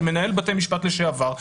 על מנהל בתי המשפט לשעבר,